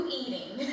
eating